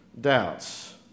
doubts